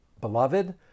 beloved